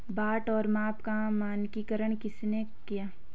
बाट और माप का मानकीकरण किसने किया?